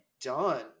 done